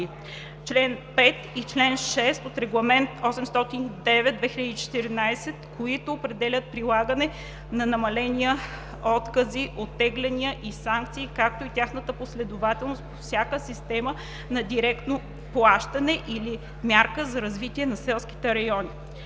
чл. 5 и чл. 6 от Регламент 809/2014, които определят прилагане на намаления, откази, оттегляния и санкции, както и тяхната последователност по всяка схема за директно плащане или мярка за развитие на селските райони.